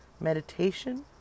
meditation